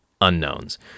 unknowns